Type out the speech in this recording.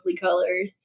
colors